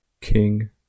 King